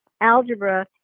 algebra